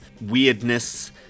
weirdness